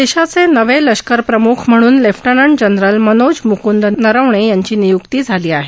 देशाचे नवे लष्करप्रमुख म्हणून लेफ्टनंट जनरल मनोज मुकंद नरवणे यांची नियुक्ती झाली आहे